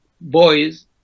boys